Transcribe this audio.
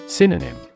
Synonym